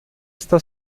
está